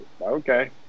okay